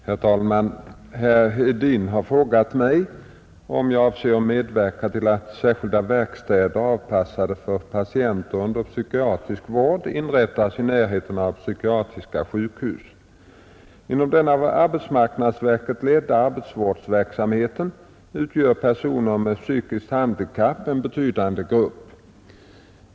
Herr talman! Herr Hedin har frågat mig om jag avser att medverka till att särskilda verkstäder, avpassade för patienter under psykiatrisk vård, inrättas i närheten av psykiatriska sjukhus. utgör personer med psykiskt handikapp en betydande grupp.